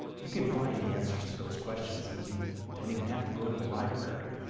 you can find answers to those questions and you don't even have to go to the library.